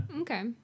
okay